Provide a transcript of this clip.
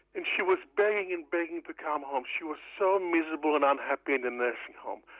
and she was begging and begging to come home. she was so miserable and unhappy in the nursing home,